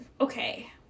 okay